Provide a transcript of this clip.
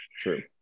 True